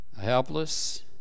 helpless